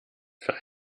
für